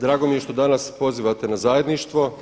Drago mi je što danas pozivate na zajedništvo.